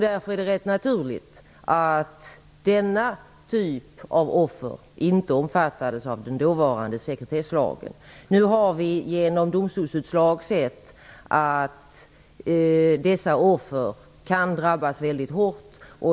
Därför är det rätt naturligt att denna typ av offer inte omfattades av den dåvarande sekretesslagen. Genom domstolsutslag har vi nu sett att dessa offer kan drabbas väldigt hårt.